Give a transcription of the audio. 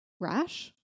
Rash